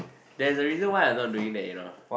there's a reason why I not doing that you know